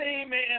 amen